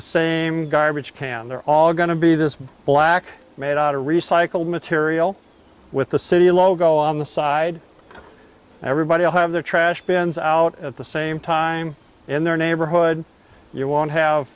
the same garbage can they're all going to be this black made out of recycled material with the city logo on the side everybody will have their trash bins out at the same time in their neighborhood you won't have